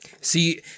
See